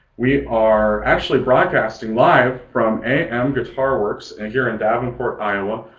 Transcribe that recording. we are actually broadcasting live from am guitar works and here in davenport, iowa.